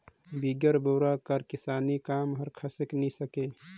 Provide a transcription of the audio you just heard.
बिगर बोरा कर किसानी काम हर खसके नी सके